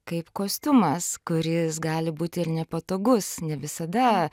kaip kostiumas kuris gali būti ir nepatogus ne visada